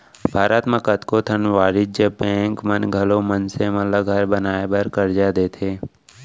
भारत म कतको ठन वाणिज्य बेंक मन घलौ मनसे मन ल घर बनाए बर करजा देथे